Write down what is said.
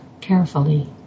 carefully